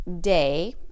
day